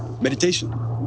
Meditation